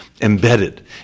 embedded